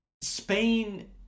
Spain